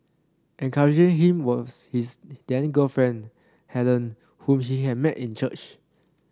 encouraging him was his then girlfriend Helen whom he had met in church